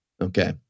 okay